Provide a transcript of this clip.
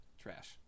Trash